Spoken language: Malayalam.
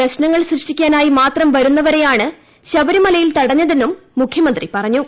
പ്രശ്നങ്ങൾ സൃഷ്ടിക്കാനായി മാത്രം വരുന്നവരെയാണ് ശബരിമലയിൽ തടഞ്ഞതെന്നും മുഖ്യമന്ത്രി പറഞ്ഞു